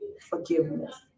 forgiveness